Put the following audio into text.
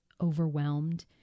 overwhelmed